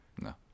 No